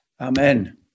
Amen